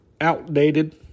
outdated